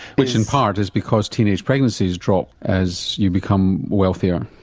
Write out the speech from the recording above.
which in part is because teenage pregnancies drop as you become wealthier.